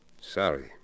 Sorry